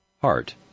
Heart